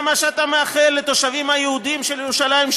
זה מה שאתה מאחל לתושבים היהודים של ירושלים,